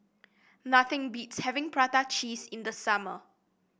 nothing beats having Prata Cheese in the summer